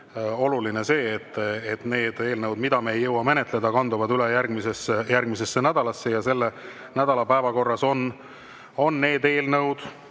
oluline see, et need eelnõud, mida me ei jõua menetleda, kanduvad üle järgmisesse nädalasse, ja selle nädala päevakorras on eelnõud,